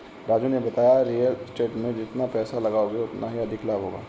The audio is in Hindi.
राजू ने बताया रियल स्टेट में जितना पैसे लगाओगे उतना अधिक लाभ होगा